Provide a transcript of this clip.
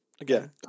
Again